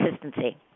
consistency